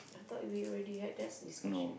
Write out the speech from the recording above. I thought we already had that discussion